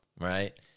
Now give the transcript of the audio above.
right